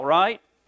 right